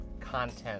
content